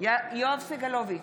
יואב סגלוביץ'